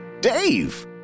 Dave